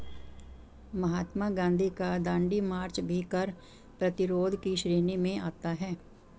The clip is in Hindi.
महात्मा गांधी का दांडी मार्च भी कर प्रतिरोध की श्रेणी में आता है